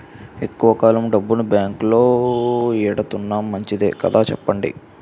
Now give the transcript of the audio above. ఎక్కువ కాలం డబ్బును బాంకులో ఎడతన్నాం మంచిదే కదా చెప్పండి